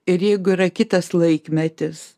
ir jeigu yra kitas laikmetis